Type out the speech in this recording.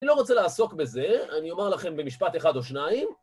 אני לא רוצה לעסוק בזה, אני אומר לכם במשפט אחד או שניים.